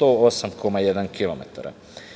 108,1